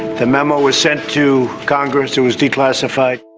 the memo was sent to congress, it was declassified.